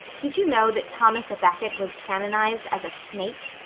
did you know that thomas a becket was canonized as a snake?